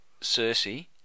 Cersei